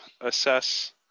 assess